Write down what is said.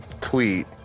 tweet